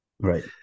Right